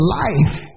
life